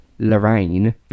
Lorraine